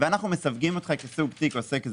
ואנחנו מסווגים אותך כסוג תיק עוסק זעיר.